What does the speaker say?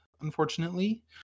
unfortunately